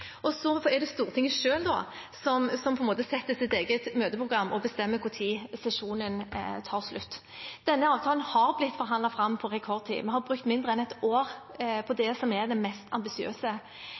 er det Stortinget selv som setter sitt eget møteprogram og bestemmer når sesjonen tar slutt. Denne avtalen har blitt forhandlet fram på rekordtid. Vi har brukt mindre enn et år på